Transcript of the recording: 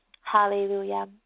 Hallelujah